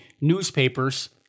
newspapers